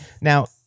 Now